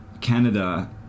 Canada